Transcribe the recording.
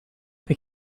the